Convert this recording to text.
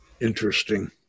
Interesting